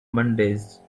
mondays